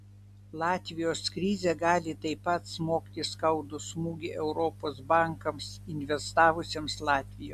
latvijos krizė gali taip pat smogti skaudų smūgį europos bankams investavusiems latvijoje